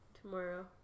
tomorrow